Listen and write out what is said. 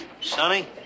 Sonny